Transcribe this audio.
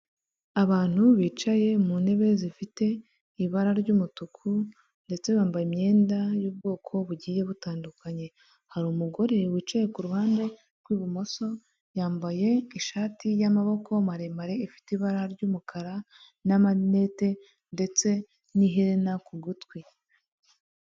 Abantu bicaye mu ntebe zifite ibara ry'umutuku ndetse bambaye imyenda y'ubwoko bugiye butandukanye, hari umugore wicaye ku ruhande rw'ibumoso yambaye ishati y'amaboko maremare ifite ibara ry'umukara n'amarinete ndetse n'iherena ku gutwi.